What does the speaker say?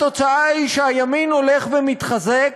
התוצאה היא שהימין הולך ומתחזק